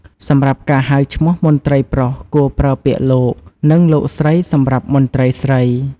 សម្រាប់ការហៅឈ្មោះ មន្ត្រីប្រុសគួរប្រើពាក្យ "លោក" និង "លោកស្រី" សម្រាប់មន្ត្រីស្រី។